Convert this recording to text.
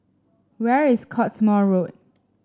where is Cottesmore Road